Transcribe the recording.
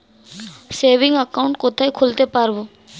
Savings account কোথায় খুলতে পারব?